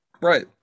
right